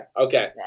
okay